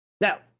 Now